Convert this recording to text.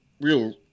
real